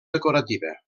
decorativa